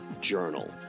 Journal